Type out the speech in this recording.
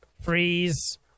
freeze